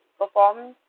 performs